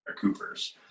Coopers